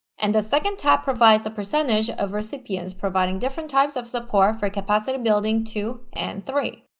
and the second tab provides a percentage of recipients providing different types of support for capacity building two and three.